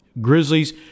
Grizzlies